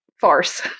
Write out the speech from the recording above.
farce